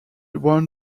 one